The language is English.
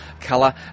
colour